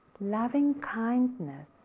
Loving-kindness